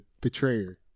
betrayer